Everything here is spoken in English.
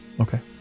Okay